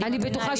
אני בטוחה